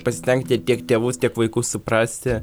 pasistengti tiek tėvus tiek vaikus suprasti